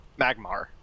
Magmar